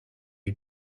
lui